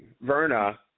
Verna